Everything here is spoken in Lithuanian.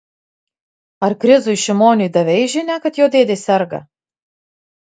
ar krizui šimoniui davei žinią kad jo dėdė serga